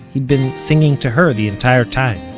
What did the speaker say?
he'd been singing to her the entire time,